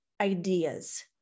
ideas